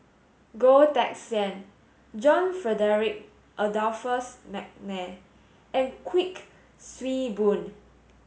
Goh Teck Sian John Frederick Adolphus McNair and Kuik Swee Boon